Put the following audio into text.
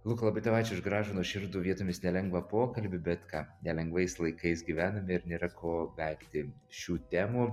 luka labai tau ačiū už gražų nuoširdų vietomis nelengvą pokalbį bet ką nelengvais laikais gyvename ir nėra ko vengti šių temų